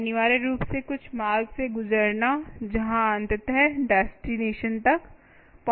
अनिवार्य रूप से कुछ मार्ग से गुजरना जहां अंततः डेस्टिनेशन तक पहुंचना है